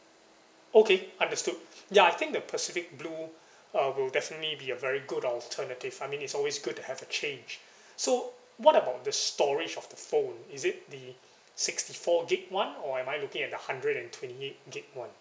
okay understood ya I think the pacific blue err will definitely be a very good alternative I mean it's always good to have a change so what about the storage of the phone is it the sixty four gig one or am I looking at the hundred and twenty eight gig one